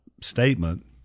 statement